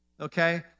okay